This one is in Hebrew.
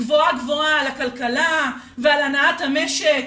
גבוהה גבוהה על הכלכלה ועל הנעת המשק,